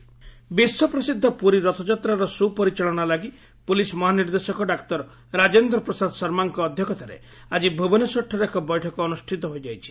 ରଥଯାତ୍ରା ପ୍ରସ୍ତୁତି ବିଶ୍ୱପ୍ରସିଦ୍ଧ ପୁରୀ ରଥଯାତ୍ରାର ସୁ ପରିଚାଳନା ଲାଗି ପୁଲିସ ମହାନିର୍ଦ୍ଦେଶକ ଡାକ୍ତର ରାଜେନ୍ଦ୍ର ପ୍ରସାଦ ଶର୍ମାଙ୍କ ଅଧ୍ଧକ୍ଷତାରେ ଆକି ଭୁବନେଶ୍ୱରଠାରେ ଏକ ବୈଠକ ଅନୁଷ୍ଠିତ ହୋଇଯାଇଛି